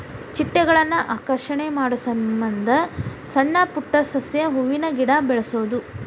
ಚಿಟ್ಟೆಗಳನ್ನ ಆಕರ್ಷಣೆ ಮಾಡುಸಮಂದ ಸಣ್ಣ ಪುಟ್ಟ ಸಸ್ಯ, ಹೂವಿನ ಗಿಡಾ ಬೆಳಸುದು